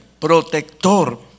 protector